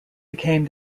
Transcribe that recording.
became